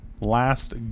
Last